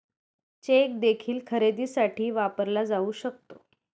check देखील खरेदीसाठी वापरला जाऊ शकतो